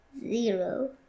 Zero